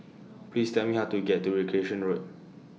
Please Tell Me How to get to Recreation Road